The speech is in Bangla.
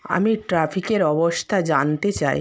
আমি ট্রাফিকের অবস্থা জানতে চাই